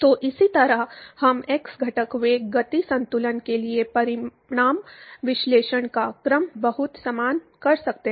तो इसी तरह हम एक्स घटक वेग गति संतुलन के लिए परिमाण विश्लेषण का क्रम बहुत समान कर सकते हैं